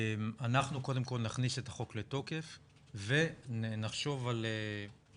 אנחנו קודם כל נכניס את החוק לתוקף ונחשוב על ניסוח